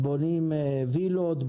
בונים וילות,